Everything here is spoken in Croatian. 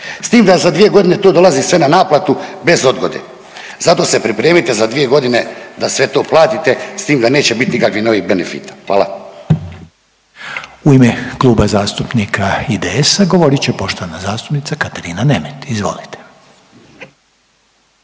S tim da za dvije godine to dolazi sve na naplatu bez odgode. Zato se pripremite za dvije godine da sve to platite s tim da neće biti nikakvih novih benefita. Hvala.